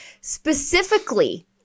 specifically